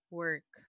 work